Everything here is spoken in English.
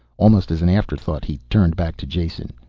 almost as an afterthought he turned back to jason.